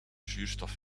zuurstof